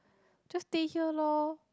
just stay here lor